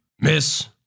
Miss